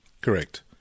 Correct